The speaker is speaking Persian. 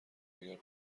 اگر